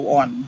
on